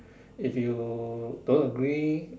if you don't agree